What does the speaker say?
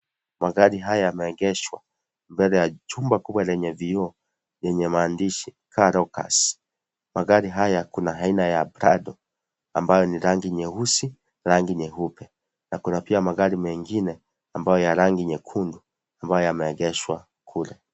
Magari haya yameegeshwa mbele ya jumba kubwa lenye vioo yenye maandishi Car Locus, magari haya kuna aina ya Prado ambayo ni rangi nyeusi, rangi nyeupe na kuna pia magari mengine ambayo ya rangi nyekundu ambayo yameegeshwa kule.